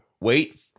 Wait